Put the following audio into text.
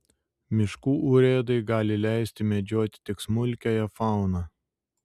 miškų urėdai gali leisti medžioti tik smulkiąją fauną